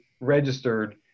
registered